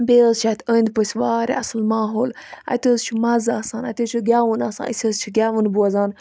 بییٚہِ حظ چھُ اَتہِ أندۍ پٔسۍ واریاہ اَصل ماحول اَتہِ حظ چھُ مَزٕ آسان اَتہِ حظ چھُ گیٚوُن آسان أسۍ حظ چھِ گیٚوُن بوزان